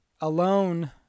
Alone